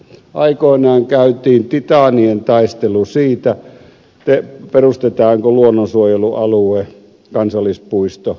aikoinaan käytiin titaanien taistelu siitä perustetaanko luonnonsuojelualue kansallispuisto savukoskelle vai ei